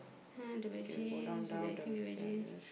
!huh! the veggies they're eating the veggies